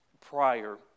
prior